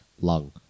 lung